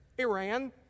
Iran